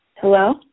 Hello